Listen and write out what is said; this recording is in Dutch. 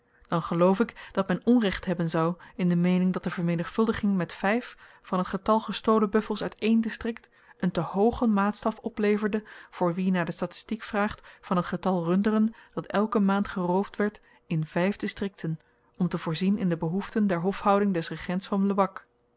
dan geloof ik dat men onrecht hebben zou in de meening dat de vermenigvuldiging met vyf van t getal gestolen buffels uit één distrikt een te hoogen maatstaf opleverde voor wie naar de statistiek vraagt van t getal runderen dat elke maand geroofd werd in vyf distrikten om te voorzien in de behoeften der hofhouding des regents van lebak